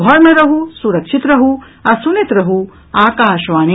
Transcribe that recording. घर मे रहू सुरक्षित रहू आ सुनैत रहू आकाशवाणी